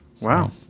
Wow